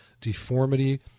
deformity